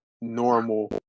normal